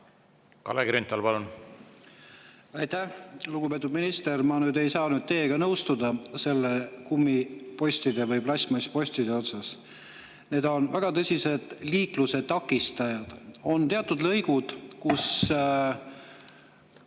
avariita. Aitäh! Lugupeetud minister! Ma nüüd ei saa teiega nõustuda kummipostide või plastmasspostide osas. Need on väga tõsised liikluse takistajad. On teatud lõigud, kus